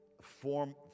Form